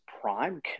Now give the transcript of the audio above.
prime